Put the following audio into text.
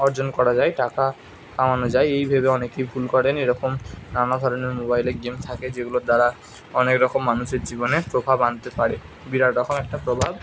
অর্জন করা যায় টাকা কামানো যায় এই ভেবে অনেকেই ভুল করেন এরকম নানা ধরনের মোবাইলে গেম থাকে যেগুলোর দ্বারা অনেক রকম মানুষের জীবনে প্রভাব আনতে পারে বিরাট রকমের একটা প্রভাব